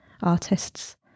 artists